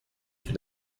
une